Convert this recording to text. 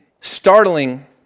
startling